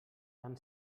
tan